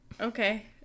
okay